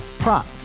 Prop